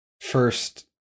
first